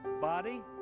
body